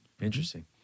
Interesting